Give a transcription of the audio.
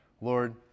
Lord